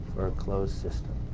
closed system.